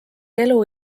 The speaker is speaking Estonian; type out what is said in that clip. elu